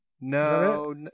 no